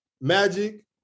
Magic